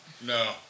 No